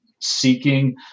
seeking